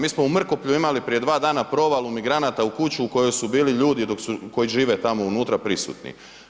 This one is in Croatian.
Mi smo u Mrkoplju imali prije 2 dana provali migranata u kuću u kojoj su bili ljudi koji žive tamo unutra prisutni.